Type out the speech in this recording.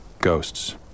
Ghosts